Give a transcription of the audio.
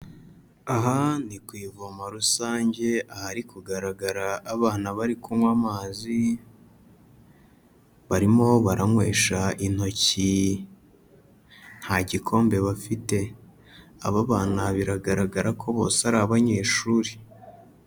Aha ni ku ivomo rusange ahari kugaragara abana bari kunywa amazi, barimo baranywesha intoki, nta gikombe bafite, aba bana biragaragara ko bose ari abanyeshuri.